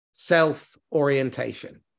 self-orientation